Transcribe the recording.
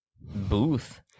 booth